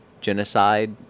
genocide